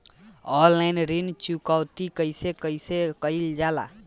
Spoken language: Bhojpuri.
ऑनलाइन ऋण चुकौती कइसे कइसे कइल जाला?